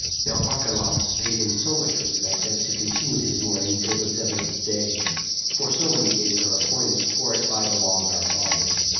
now archelaus paid him so much respect, as to continue his mourning till the seventh day for so many days are appointed for it by the law of our fathers.